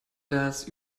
das